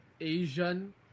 Asian